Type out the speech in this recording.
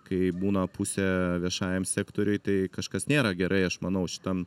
kai būna pusė viešajam sektoriui tai kažkas nėra gerai aš manau šitam